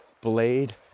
blade